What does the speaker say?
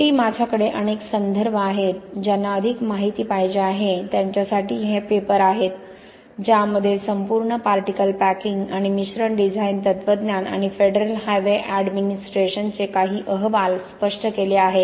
शेवटी माझ्याकडे अनेक संदर्भ आहेत ज्यांना अधिक माहीती पाहिजे आहे त्यांच्यासाठी हे पेपर आहेत ज्यामध्ये संपूर्ण पार्टीकल पॅकिंग आणि मिश्रण डिझाइन तत्त्वज्ञान आणि फेडरल हायवे एडमिनिस्ट्रेशनचे काही अहवाल स्पष्ट केले आहेत